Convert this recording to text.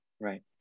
Right